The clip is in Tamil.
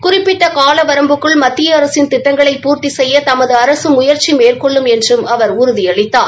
குறிப்பிட்ட கால வரம்புக்குள் மத்திய அரசின் திட்டங்களை பூர்த்தி சுப்ய தமது அரசு முயற்சி மேற்கொள்ளும் என்று அவர் உறுதியளித்தார்